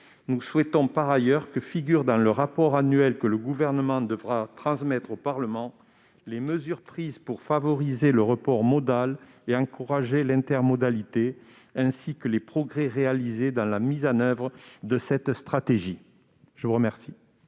Ils souhaitent par ailleurs que le rapport annuel que le Gouvernement devra transmettre au Parlement détaille les mesures prises pour favoriser le report modal et encourager l'intermodalité, ainsi que les progrès réalisés dans la mise en oeuvre de cette stratégie. Quel